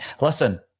Listen